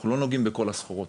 אנחנו לא נוגעים בכל הסחורות.